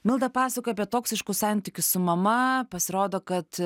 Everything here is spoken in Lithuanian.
milda pasakojo apie toksiškus santykius su mama pasirodo kad